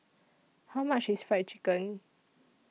How much IS Fried Chicken